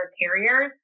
carriers